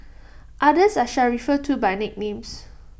others I shall refer to by nicknames